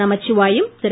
Namachivayam Thiru